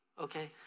okay